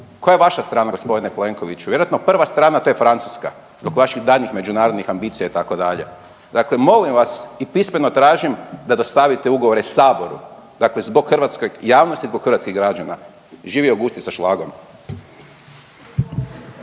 Koja je vaša strana g. Plenkoviću? Vjerojatno prva strana, a to je francuska zbog vaših daljnjih međunarodnih ambicija itd. Dakle, molim vas i pismeno tražim da dostavite ugovore saboru, dakle zbog hrvatske javnosti, zbog hrvatskih građana. Živio gusti sa šlagom.